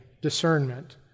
discernment